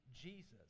Jesus